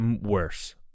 worse